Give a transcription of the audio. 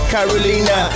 Carolina